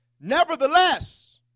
Nevertheless